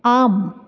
आम्